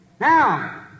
Now